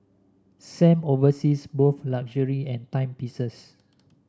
Sam oversees both luxury and timepieces